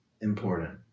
important